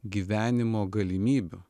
gyvenimo galimybių